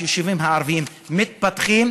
היישובים הערביים מתפתחים,